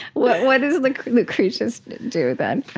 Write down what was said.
what what does like lucretius do then?